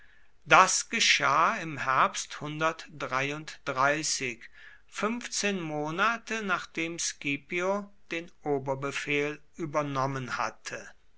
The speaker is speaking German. das geschah im herbst fünfzehn monate nachdem scipio den oberbefehl übernommen hatte